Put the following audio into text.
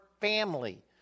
family